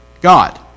God